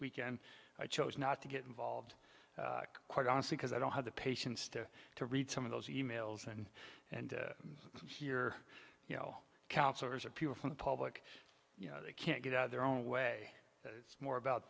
weekend i chose not to get involved quite honestly because i don't have the patience to to read some of those e mails and and here you know counselors or people from the public you know they can't get their own way it's more